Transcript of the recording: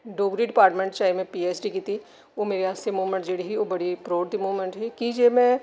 Dogri department च आई में पीएचडी कीती ओह् मेरे आस्तै मूवमेंटस मेरे आस्तै बड्डी प्राउड आह्ली मूवमेंटस ही